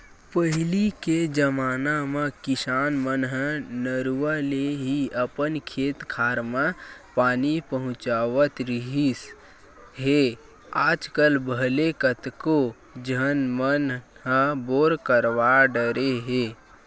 पहिली के जमाना म किसान मन ह नरूवा ले ही अपन खेत खार म पानी पहुँचावत रिहिस हे आजकल भले कतको झन मन ह बोर करवा डरे हे